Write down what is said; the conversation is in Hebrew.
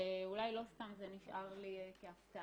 ואולי זה לא סתם נשאר לי כהפתעה.